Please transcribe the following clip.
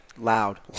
Loud